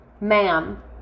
Ma'am